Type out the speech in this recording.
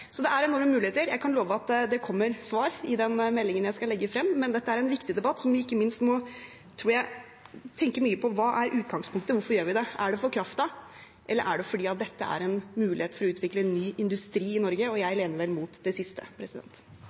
Så det er enorme muligheter. Jeg kan love at det kommer svar i den meldingen jeg skal legge frem, men dette er en viktig debatt der jeg tror vi ikke minst må tenke mye på hva som er utgangspunktet, hvorfor vi gjør det. Er det for kraften, eller er det fordi dette er en mulighet til å utvikle en ny industri i Norge? Jeg heller vel mot det siste.